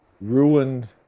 ruined